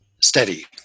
steady